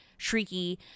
shrieky